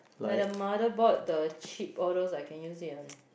like the motherboard the chip all those I can use it on